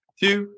two